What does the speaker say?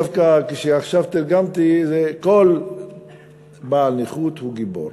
דווקא כשעכשיו תרגמתי,"כל בעל נכות הוא גיבור".